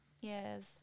Yes